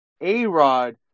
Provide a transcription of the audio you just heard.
A-Rod